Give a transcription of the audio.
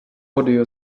audio